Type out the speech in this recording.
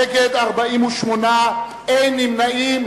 נגד, 48, אין נמנעים.